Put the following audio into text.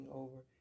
over